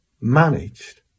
managed